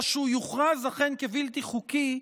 או שהוא אכן יוכרז כבלתי חוקי,